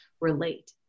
relate